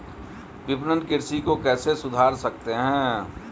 विपणन कृषि को कैसे सुधार सकते हैं?